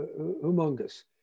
humongous